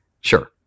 sure